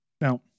Now